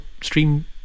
stream